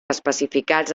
especificats